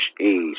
Age